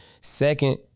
Second